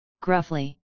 gruffly